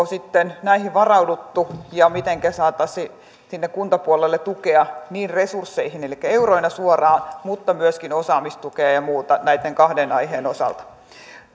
sitten näihin varauduttu ja mitenkä saataisiin sinne kuntapuolelle tukea niin resursseihin elikkä euroina suoraan kuin myöskin osaamistukea ja ja muuta näitten kahden aiheen osalta